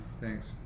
Thanks